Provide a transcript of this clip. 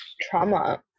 trauma